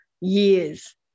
years